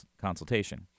consultation